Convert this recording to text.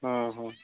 ହଁ ହଁ